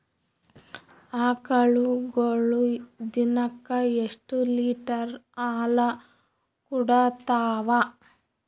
ಆಕಳುಗೊಳು ದಿನಕ್ಕ ಎಷ್ಟ ಲೀಟರ್ ಹಾಲ ಕುಡತಾವ?